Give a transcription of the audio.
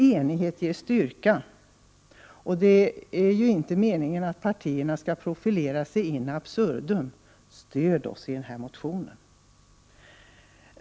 Enighet ger styrka, och det är inte meningen att partierna skall profilera sig in absurdum. Stöd oss i den här reservationen!